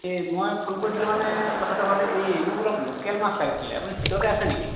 এই মই ফোন কৰিছিলোঁ মানে কথাটো হ'ল এই মোক অলপ লোকেল মাছ লাগিছিলে আপুনি চিটতে আছে নেকি